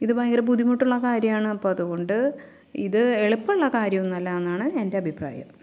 ഇത് ഭയങ്കര ബുദ്ധിമുട്ടുള്ള കാര്യമാണ് അപ്പം അതുകൊണ്ട് ഇത് എളുപ്പമുള്ള കാര്യമൊന്നുമല്ല എന്നാണ് എൻ്റെ അഭിപ്രായം